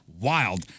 wild